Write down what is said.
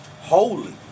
Holy